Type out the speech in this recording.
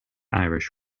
irish